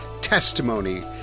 Testimony